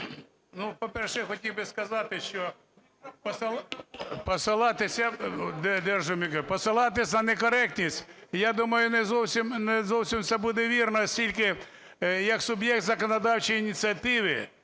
По-перше, я хотів би сказати, що посилатися на некоректність, я думаю, не зовсім це буде вірно. Оскільки, як суб'єкт законодавчої ініціативи,